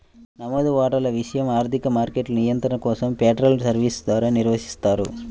నమోదు వాటాల విషయం ఆర్థిక మార్కెట్ల నియంత్రణ కోసం ఫెడరల్ సర్వీస్ ద్వారా నిర్వహిస్తారు